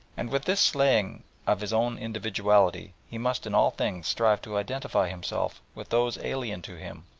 and with this slaying of his own individuality he must in all things strive to identify himself with those alien to him,